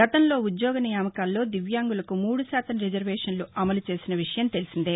గతంలో ఉద్యోగ నియామకాల్లో దివ్యాంగులకు మూడు శాతం రిజర్వేషన్లు అమలుచేసిన విషయం తెలిసిందే